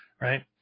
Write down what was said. Right